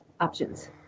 options